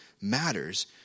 matters